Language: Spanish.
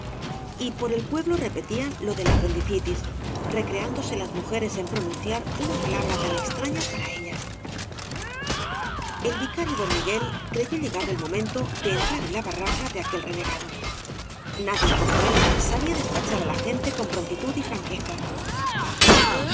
y por el pueblo repetían lo de la apendicitis recreándose las mujeres en pronunciar una pslabra tan extraña para ellas el vicario don miguel creyó llegado el momen to de entrar en la barraca de aquel renegado nadie como él sabía despachar á la gente con prontitud y franqueza